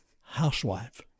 housewife